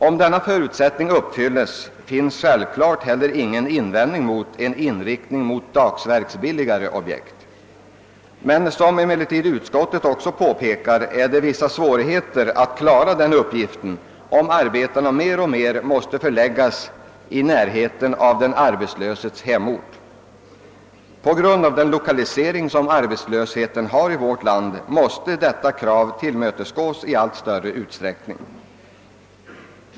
Om denna förutsättning uppfylles föreligger självfallet heller ingen invändning mot en inriktning på dagsverksbilligare objekt. Som emellertid utskottet påpekar är det svårigheter att klara den uppgiften, om arbetena mer och mer måste förläggas i närheten av den arbetslöses hemort. På grund av den lokalisering som arbetslösheten har i vårt land måste detta krav tillmötesgås i allt större utsträckning.